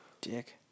Dick